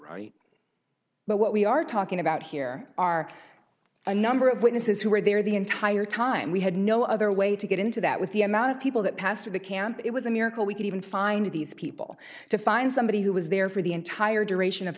here but what we are talking about here are a number of witnesses who were there the entire time we had no other way to get into that with the amount of people that passed to the camp it was a miracle we could even find these people to find somebody who was there for the entire duration of